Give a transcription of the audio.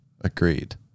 Agreed